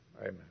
Amen